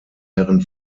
herren